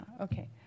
okay